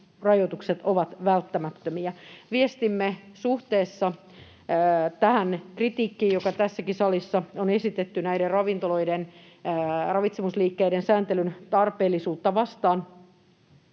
rajoitukset ovat välttämättömiä. Viestimme suhteessa tähän kritiikkiin, jota tässäkin salissa on esitetty näiden ravintoloiden, ravitsemusliikkeiden sääntelyn tarpeellisuutta kohtaan,